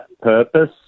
purpose